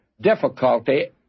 difficulty